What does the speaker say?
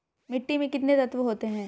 मिट्टी में कितने तत्व होते हैं?